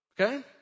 Okay